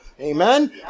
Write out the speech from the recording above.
Amen